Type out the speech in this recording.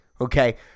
Okay